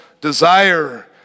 desire